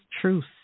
truth